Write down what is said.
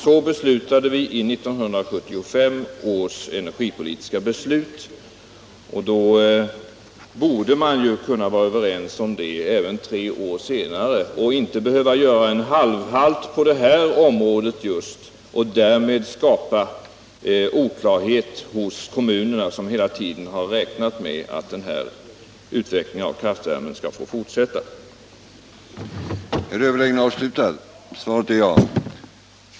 Så bestämde vi i 1975 års energipolitiska beslut. Då borde vi kunna vara överens om det även tre år senare och inte behöva göra halvhalt på just det här området och därmed skapa oklarhet hos kommunerna, som hela tiden har räknat med att utvecklingen av kraftvärmen skall få fortsätta. Inom industridepartementet gjordes f. n. en utvärdering av Norrlandsfondens verksamhet.